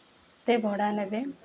କେତେ ଭଡ଼ା ନେବେ